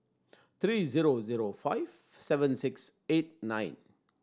three zero zero five seven six eight nine